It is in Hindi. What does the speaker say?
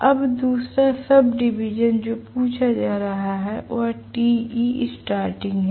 अब दूसरा सब डिवीजन जो पूछा जा रहा है वह Te starting है